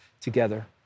together